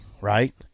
right